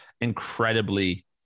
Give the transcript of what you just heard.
incredibly